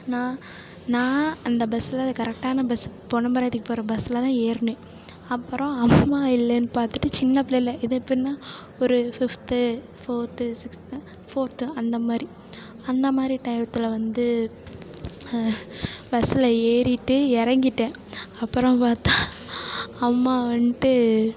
நான் நான் அந்த பஸ்ஸில் கரெக்டான பஸ் பொன்னமராவதிக்கு போகிற பஸ்ஸில் தான் ஏறினேன் அப்புறம் அம்மா இல்லைன்னு பார்த்துட்டு சின்னப் பிள்ளையில் இது எப்புடினா ஒரு ஃபிஃப்த்து ஃபோர்த்து சிக்ஸ்த் ஃபோர்த்து அந்த மாதிரி அந்த மாதிரி டயத்தில் வந்து பஸ்ஸில் ஏறிவிட்டு இறங்கிட்டேன் அப்புறம் பார்த்தா அம்மா வந்துட்டு